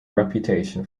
reputation